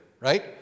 right